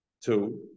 Two